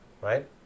right